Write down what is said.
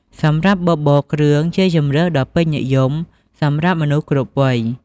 សម្រាប់បបរគ្រឿងជាជម្រើសដ៏ពេញនិយម សម្រាប់មនុស្សគ្រប់វ័យ។